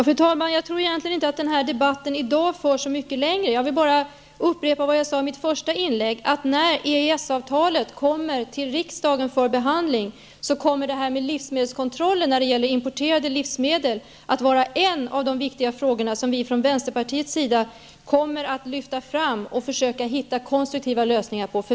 Fru talman! Jag tror att debatten här i dag egentligen inte för så mycket längre. Jag vill upprepa vad jag sade i mitt första inlägg: När EES avtalet kommer till riksdagen för behandling kommer livsmedelskontrollen vad gäller importerade livsmedel att vara en av de viktiga frågor som vi från vänsterpartiet kommer att lyfta fram och försöka hitta konstruktiva lösningar på.